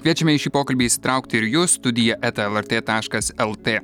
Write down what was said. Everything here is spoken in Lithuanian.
kviečiame į šį pokalbį įsitraukti ir jus studija eta lrt taškas lt